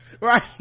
right